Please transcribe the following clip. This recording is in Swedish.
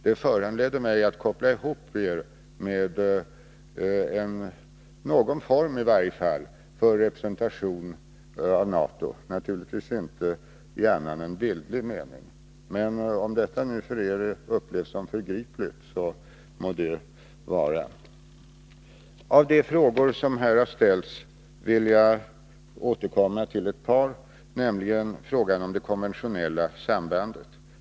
Detta föranledde kopplingen att se er som i varje fall någon form av representant för NATO — naturligtvis inte i annan än bildlig mening. Om detta nu av er upplevs som förgripligt, så må det vara. Av de frågor som här har ställts vill jag återkomma till ett par, bl.a. frågan om sambandet med konventionella vapen.